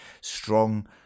strong